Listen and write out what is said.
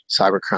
cybercrime